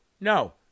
no